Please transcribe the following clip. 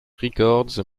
records